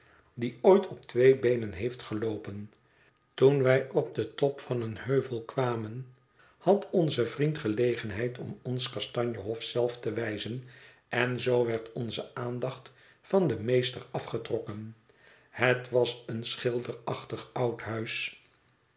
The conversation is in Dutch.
die ooit op twee beenen heeft geloopen toen wij op den top van een heuvel kwamen had onze vriend gelegenheid om ons kastanje hof zelf te wijzen én zoo werd onze aandacht van den meester afgetrokken het was een schilderachtig oud huis